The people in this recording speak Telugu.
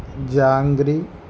జాంగ్రీ